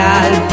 al